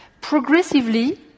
progressively